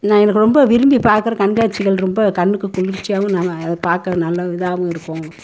நான் எனக்கு ரொம்ப விரும்பி பார்க்குற கண்காட்சிகள் ரொம்ப கண்ணுக்கு குளிர்ச்சியாவும் நம்ம அதை பார்க்க நல்ல இதாகவும் இருக்கும்